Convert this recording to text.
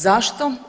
Zašto?